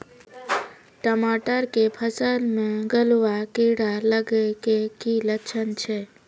टमाटर के फसल मे गलुआ कीड़ा लगे के की लक्छण छै